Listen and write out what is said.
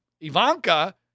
Ivanka